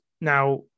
now